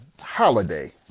holiday